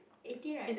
eighteen right